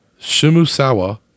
shimusawa